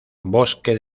bosque